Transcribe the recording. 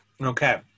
Okay